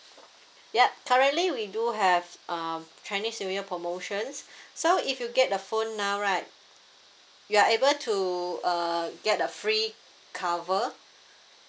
yup currently we do have um chinese new year promotions so if you get a phone now right you are able to uh get a free cover